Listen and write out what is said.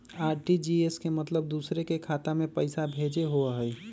RTGS के मतलब दूसरे के खाता में पईसा भेजे होअ हई?